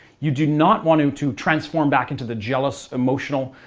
you do not want to to transform back into the jealous, emotional,